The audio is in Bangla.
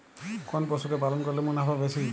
কোন পশু কে পালন করলে মুনাফা বেশি?